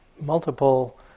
multiple